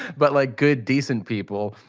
but, like good decent people,